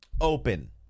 open